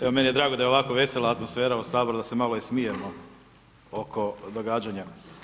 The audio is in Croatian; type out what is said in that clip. Evo meni je drago da je ovako vesela atmosfera u Saboru, da se malo i smijemo oko događanja.